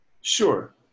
Sure